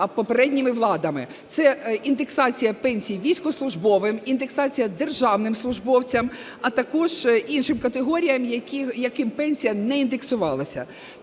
попередніми владами. Це індексація пенсій військовослужбовим, індексація державним службовцям, а також іншим категоріям, яким пенсія не індексувалася.